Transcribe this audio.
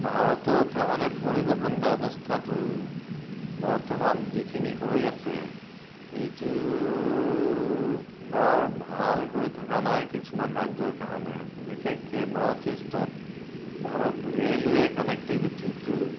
ভাৰতত তাৰ মানে পৰিৱহন ব্যৱস্থাটো বৰ্তমান যিখিনি হৈ আছে এইটো বৰ ভাল হৈ থকা নাই কিছুমান ৰাজ্যৰ কাৰণে বিশেষকে নৰ্থ ইষ্টত ধৰক ৰেলৱে কানেক্টিভিটিটো